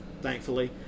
thankfully